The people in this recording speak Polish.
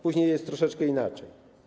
Później jest troszeczkę inaczej.